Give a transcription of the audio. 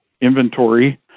inventory